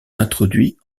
introduit